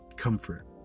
comfort